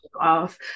off